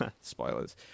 Spoilers